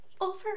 Over